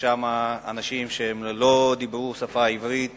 שבה אנשים שלא דוברים עברית